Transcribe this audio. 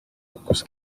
kus